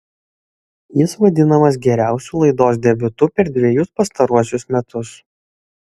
jis vadinamas geriausiu laidos debiutu per dvejus pastaruosius metus